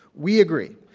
we agree.